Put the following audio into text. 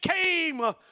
came